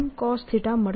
M Mcosθ મળશે